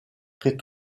très